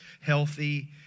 healthy